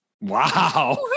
Wow